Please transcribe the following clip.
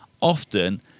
often